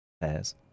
pairs